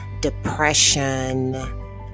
depression